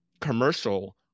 commercial